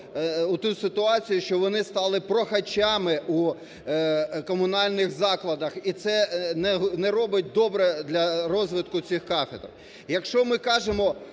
у ту ситуацію, що вони стали прохачами у комунальних закладах і це не робить добре для розвитку цих кафедр. Якщо ми кажемо